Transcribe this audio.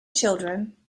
children